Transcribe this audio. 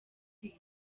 kwiba